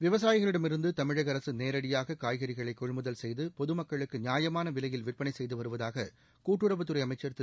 விவசாயிகளிடமிருந்து தமிழக அரசு நேரடியாக காய்கறிகளை கொள்முதல் செய்து பொதுமக்களுக்கு நியாயமான விலையில் விற்பனை செய்து வருவதாக கூட்டுறவுத்துறை அமைச்ச் திரு